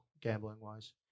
gambling-wise